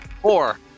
Four